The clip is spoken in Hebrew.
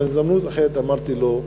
בהזדמנות אחרת אמרתי לו: